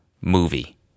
movie